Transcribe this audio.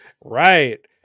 Right